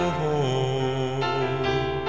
home